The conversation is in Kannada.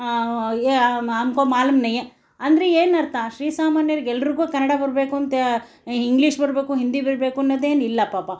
ಹಮ್ಕೋ ಮಾಲೂಮ್ ನಹೀ ಅಂದರೆ ಏನರ್ಥ ಶ್ರೀಸಾಮಾನ್ಯರಿಗೆ ಎಲ್ಲರಿಗೂ ಕನ್ನಡ ಬರಬೇಕು ಅಂತ ಇಂಗ್ಲಿಷ್ ಬರಬೇಕು ಹಿಂದಿ ಬರಬೇಕು ಅನ್ನೋದೇನು ಇಲ್ಲ ಪಾಪ